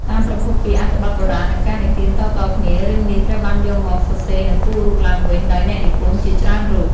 តាមប្រភពពីអត្ថបទបុរាណនិងការនិទានតៗគ្នា រឿងនេះត្រូវបានយកមកសរសេរនិងគូររូបឡើងវិញដោយអ្នកនិពន្ធជាច្រើនរូប។